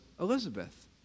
Elizabeth